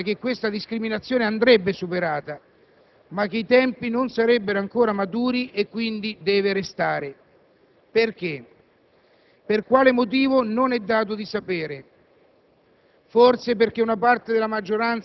Sostanzialmente, si è arrivati ad affermare che tale discriminazione andrebbe superata, ma che i tempi non sarebbero ancora maturi e che quindi deve restare. Perché? Per quale motivo, non è dato sapere.